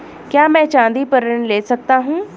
क्या मैं चाँदी पर ऋण ले सकता हूँ?